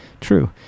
true